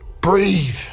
breathe